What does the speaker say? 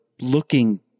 looking